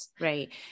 Right